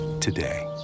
today